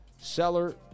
Seller